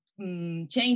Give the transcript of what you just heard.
Change